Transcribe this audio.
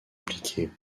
appliquées